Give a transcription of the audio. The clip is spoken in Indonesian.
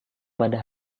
pada